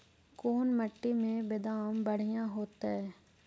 कोन मट्टी में बेदाम बढ़िया होतै?